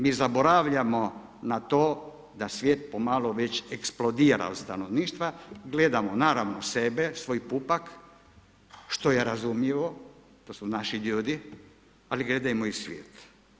Mi zaboravljamo na to da svijet pomalo već eksplodira od stanovništva, gledamo naravno sebe, svoj pupak, što je razumljivo, to su naši ljudi, ali gledajmo i svijet.